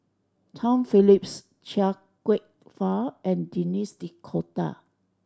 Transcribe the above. Tom Phillips Chia Kwek Fah and Denis D'Cotta